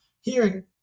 hearing